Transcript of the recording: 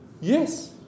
Yes